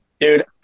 Dude